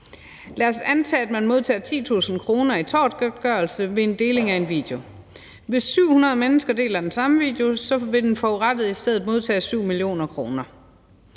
lad os antage, at man modtager 10.000 kr. i tortgodtgørelse ved en deling af en video, og hvis 700 mennesker deler den samme video, vil den forurettede i stedet modtage 7 mio. kr.,